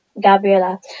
Gabriella